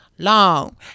long